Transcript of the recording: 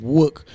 work